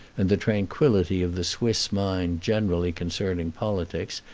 and the tranquillity of the swiss mind generally concerning politics,